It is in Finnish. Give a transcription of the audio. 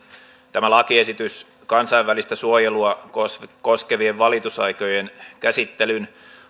tämä lakiesitys kansainvälistä suojelua koskevien valitusten käsittelyn